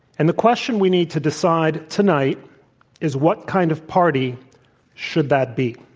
and the question we need to decide tonight is what kind of party should that be.